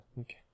Okay